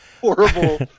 horrible